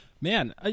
man